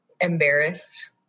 embarrassed